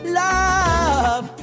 love